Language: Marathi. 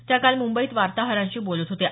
त्या काल मुंबईत वार्ताहरांशी बोलत होत्या